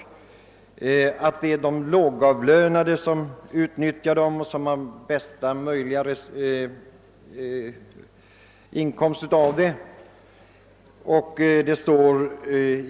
Det är de lågavlönade som utnyttjar dem och har den största nyttan av dem, sades det.